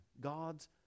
God's